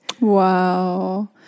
Wow